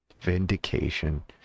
Vindication